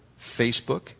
Facebook